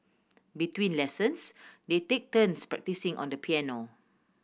between lessons they take turns practising on the piano